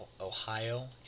Ohio